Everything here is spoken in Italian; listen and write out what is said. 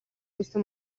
questo